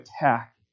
attack